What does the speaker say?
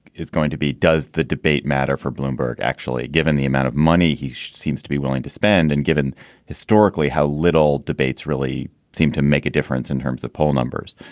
it's going to be, does the debate matter for bloomberg? actually, given the amount of money he she seems to be willing to spend and given historically how little debates really seem to make a difference in terms of poll numbers.